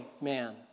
man